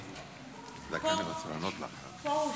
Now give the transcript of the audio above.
פרוש,